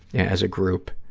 as a group,